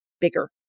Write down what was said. bigger